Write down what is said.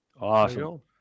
Awesome